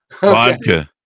Vodka